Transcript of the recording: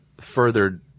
further